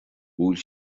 bhuail